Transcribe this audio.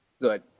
good